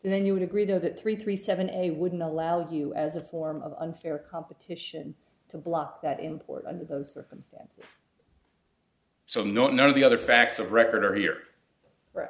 today then you would agree though that three three seven a wouldn't allow you as a form of unfair competition to block that import under those circumstances so none of the other facts of record